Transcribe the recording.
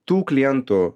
tų klientų